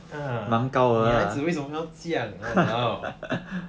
ah 女孩子为什么要这样 !walao!